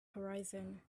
horizon